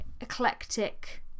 eclectic